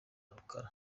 rukarara